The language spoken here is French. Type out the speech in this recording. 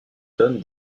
donne